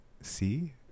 see